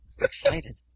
Excited